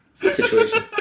situation